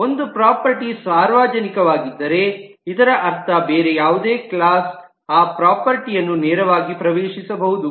ಒಂದು ಪ್ರಾಪರ್ಟೀ ಸಾರ್ವಜನಿಕವಾಗಿದ್ದರೆ ಇದರ ಅರ್ಥ ಬೇರೆ ಯಾವುದೇ ಕ್ಲಾಸ್ ಆ ಪ್ರಾಪರ್ಟೀಯನ್ನು ನೇರವಾಗಿ ಪ್ರವೇಶಿಸಬಹುದು